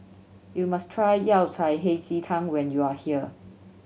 you must try Yao Cai Hei Ji Tang when you are here